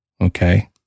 Okay